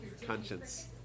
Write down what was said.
Conscience